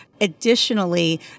Additionally